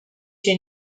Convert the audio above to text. się